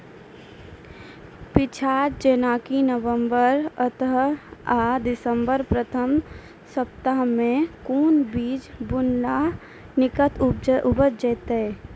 पीछात जेनाकि नवम्बर अंत आ दिसम्बर प्रथम सप्ताह मे कून बीज बुनलास नीक उपज हेते?